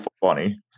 funny